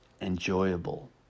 enjoyable